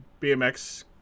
BMX